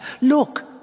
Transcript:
look